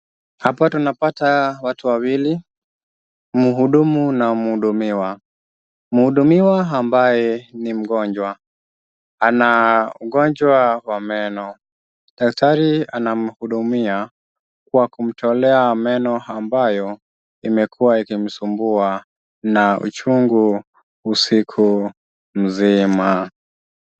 Hapa tunapata watu wawili, mhudumu na mhudumiwa. Mhudumiwa ambaye ni mgonjwa ana ugonjwa wa meno. Daktari anamhudumia kwa kumtolea meno ambayo imekuwa ikimsumbua na uchungu usiku mzima.